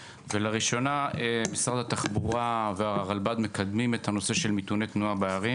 ולראשונה משרד התחבורה והרלב"ד מקדמים את הנושא של מיתוני תנועה בערים.